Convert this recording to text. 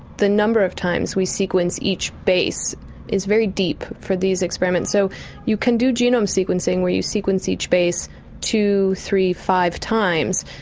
the number of times we sequence each base is very deep for these experiments. so you can do genome sequencing where you sequence each base two, three, five times.